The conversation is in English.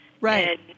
Right